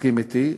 מסכים אתי,